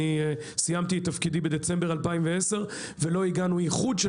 סיימתי את תפקידי בדצמבר 2010 ולא הגענו לאיחוד של